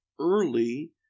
early